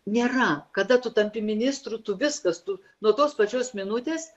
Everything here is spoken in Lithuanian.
nėra kada tu tampi ministru tu viskas tu nuo tos pačios minutės